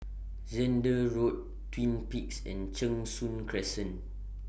Zehnder Road Twin Peaks and Cheng Soon Crescent